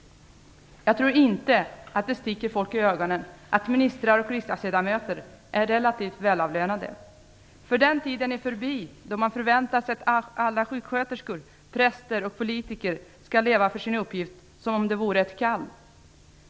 Jag tror inte att det sticker folk i ögonen att ministrar och riksdagsledamöter är relativt välavlönade. För den tiden är förbi då man förväntade sig att alla sjuksköterskor, präster och politiker skall leva för sin uppgift som om det vore ett kall.